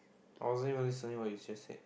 I wasn't even listening what you just said